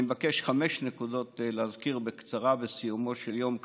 אני מבקש להזכיר חמש נקודות בקצרה בסיומו של יום כזה,